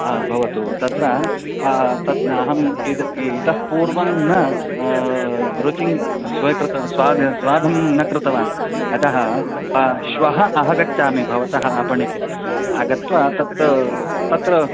हा भवतु तत्र तद् अहम् इद् इतः पूर्वं न रुचिः स्वीकृता स्वा स्वादं न कृतवान् अतः श्वः अहगच्छामि भवतः आपणिके आगत्य तत् तत्र